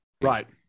right